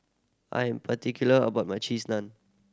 I am particular about my Cheese Naan